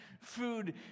food